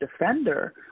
Defender